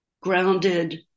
grounded